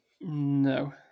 No